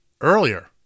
earlier